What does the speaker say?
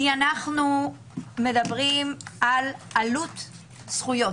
כי אנחנו מדברים על עלות זכויות.